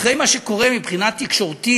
אחרי מה שקורה מבחינה תקשורתית,